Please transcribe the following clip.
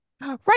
right